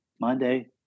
Monday